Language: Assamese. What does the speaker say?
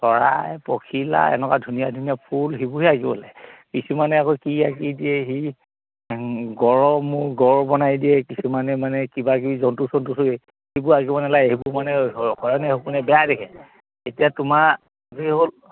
চৰাই পখিলা এনেকুৱা ধুনীয়া ধুনীয়া ফুল সেইবোৰহে আঁকিব লাগে কিছুমানে আকৌ কি আঁকি দিয়ে সি গঁড়ৰ মূৰ গঁড় বনাই দিয়ে কিছুমানে মানে কিবা কিবি জন্তু চন্তু ছবি সেইবোৰ আঁকিব নালাগে সেইবোৰ মানে শয়ণে সপোনে বেয়া দেখে এতিয়া তোমাৰ হ'ল